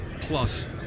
plus